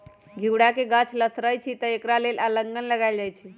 घिउरा के गाछ लथरइ छइ तऽ एकरा लेल अलांन लगायल जाई छै